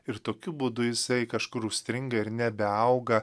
ir tokiu būdu jisai kažkur užstringa ir nebeauga